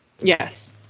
yes